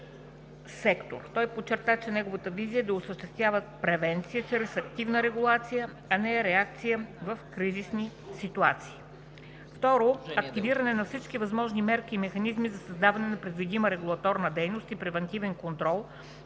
Той подчерта, че неговата визия е да осъществява превенция чрез активна регулация, а не реакция в кризисни ситуации. 2. Активиране на всички възможни мерки и механизми за създаване на предвидима регулаторна дейност и превантивен контрол,